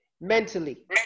mentally